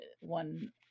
one